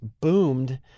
boomed